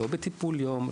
לא בטיפול יום,